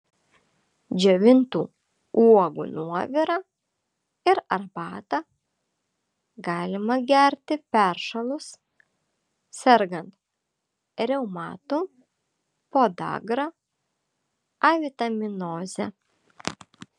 džiovintų uogų nuovirą ir arbatą galima gerti peršalus sergant reumatu podagra avitaminoze